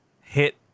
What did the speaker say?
hit